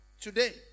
today